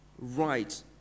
right